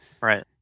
Right